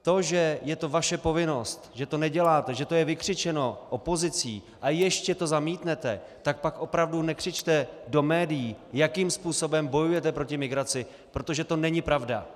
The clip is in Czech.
To, že je to vaše povinnost, že to neděláte, že to je vykřičeno opozicí, a ještě to zamítnete, tak pak opravdu nekřičte do médií, jakým způsobem bojujete proti migraci, protože to není pravda.